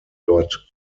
dort